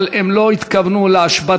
אבל הם לא התכוונו להשבתה,